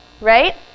right